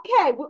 Okay